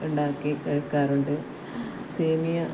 ഉണ്ടാക്കി കൊടുക്കാറുണ്ട് സേമിയ